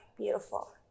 Beautiful